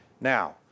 Now